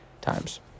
times